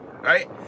right